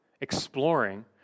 exploring